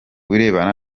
birebana